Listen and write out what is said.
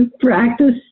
practice